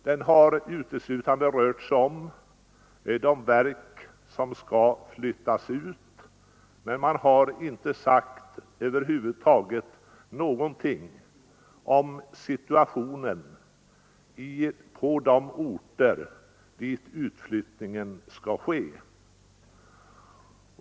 Det har uteslutande rört sig om de verk som skall flyttas ut, men man har över huvud taget inte sagt någonting om situationen på de orter dit utflyttningen skall ske.